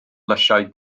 lysiau